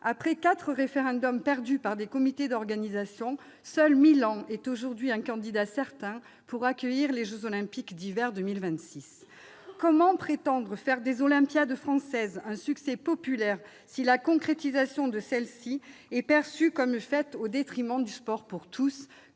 après quatre référendums perdus par des comités d'organisation, seule la ville de Milan est aujourd'hui un candidat certain pour accueillir les jeux Olympiques d'hiver en 2026. Comment prétendre faire des jeux Olympiques en France un succès populaire si la concrétisation de ceux-ci est perçue comme faite au détriment du sport pour tous,